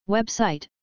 Website